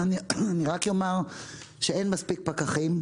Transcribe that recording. אני רק אומר שאין מספיק פקחים.